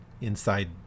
inside